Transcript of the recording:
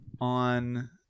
on